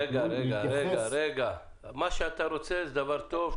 רגע, רגע, מה שאתה רוצה זה דבר טוב.